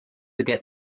get